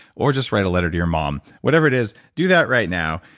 or just write a letter to your mom. whatever it is, do that right now,